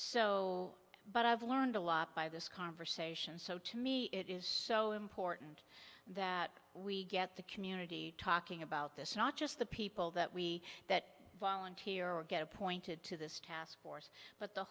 so but i've learned a lot by this conversation so to me it is so important that we get the community talking about this not just the people that we that volunteer or get appointed to this task force but the